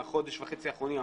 בחודש וחצי האחרונים,